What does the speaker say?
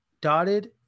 dotted